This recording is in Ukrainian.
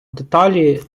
деталі